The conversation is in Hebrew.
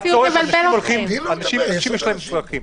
לאנשים יש צרכים.